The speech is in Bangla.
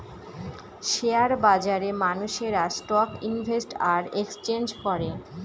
শেয়ার বাজারে মানুষেরা স্টক ইনভেস্ট আর এক্সচেঞ্জ করে